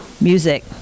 music